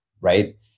right